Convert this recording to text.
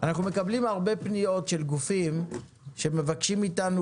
אנחנו מקבלים הרבה פניות של גופים שמבקשים מאתנו